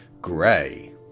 Grey